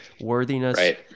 worthiness